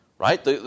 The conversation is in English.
right